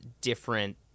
different